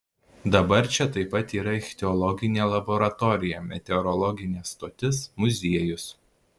dabar čia taip pat yra ichtiologinė laboratorija meteorologinė stotis muziejus